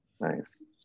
Nice